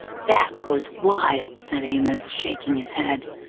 that was wild, said amos, shaking his head.